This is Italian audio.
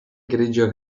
grigio